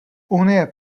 unie